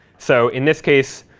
so in this case,